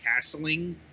castling